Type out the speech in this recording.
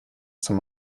zum